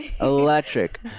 electric